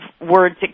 words